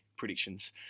predictions